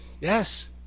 yes